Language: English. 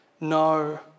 No